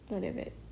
not that bad